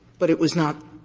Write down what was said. but it was not